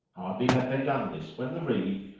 hardly had they done this when the reeve,